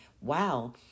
wow